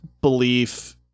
belief